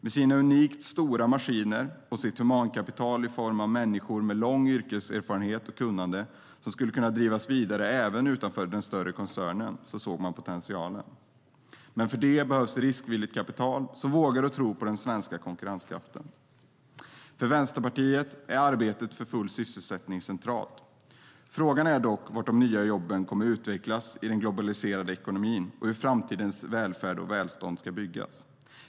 Med sina unikt stora maskiner och sitt humankapital i form av människor med lång yrkeserfarenhet och kunnande skulle den kunna drivas vidare även utanför den större koncernen. Så såg man på potentialen. Men för det behövs riskvilligt kapital som vågar och tror på den svenska konkurrenskraften. För Vänsterpartiet är arbetet för full sysselsättning centralt. Frågan är dock var de nya jobben kommer att utvecklas i den globaliserade ekonomin och hur framtidens välfärd och välstånd ska byggas.